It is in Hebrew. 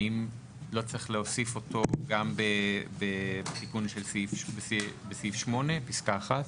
האם לא צריך להוסיף אותו גם בתיקון בסעיף 8 פסקה 1?